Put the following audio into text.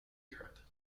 europe